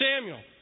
Samuel